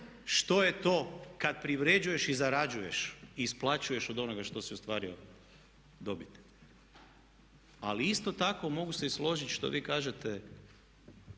što je to kad privređuješ i zarađuješ i isplaćuješ od onoga što si ostvario dobit. Ali isto tako mogu se i složiti što vi kažete